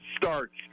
starts